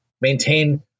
maintain